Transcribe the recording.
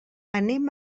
anem